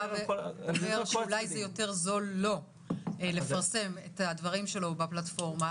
אתה אומר שאולי זה יותר זו לו לפרסם את הדברים שלו בפלטפורמה.